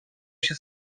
się